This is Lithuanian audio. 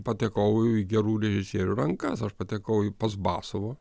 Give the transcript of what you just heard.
patekau į gerų režisierių rankas aš patekau pas basovą